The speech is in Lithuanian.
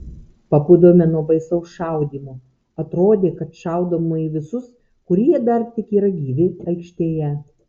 pabudome nuo baisaus šaudymo atrodė kad šaudoma į visus kurie dar tik yra gyvi aikštėje